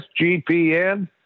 SGPN